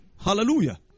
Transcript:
Hallelujah